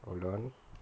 hold on